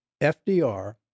FDR